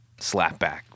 slapback